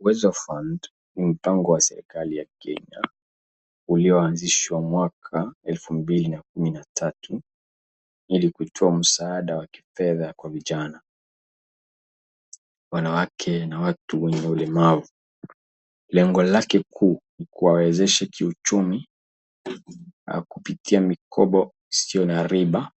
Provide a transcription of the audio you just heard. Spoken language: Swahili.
Uwezo fund, ni mpango wa serikali ya Kenya ulioanzishwa mwaka elfu mbili na kumi na tatu ilikutoa msaada wa kifedha kwa vijana, wanawake na watu wenye ulemavu lengo lake kuu ni kuwa wezesha kiuchumi au kupitia mikopo isiyo na riba